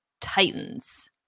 Titans